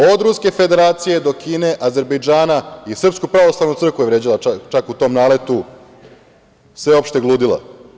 Od Ruske Federacije do Kine, Azerbejdžana i Srpsku pravoslavnu crkvu je vređala čak u tom naletu sveopšteg ludila.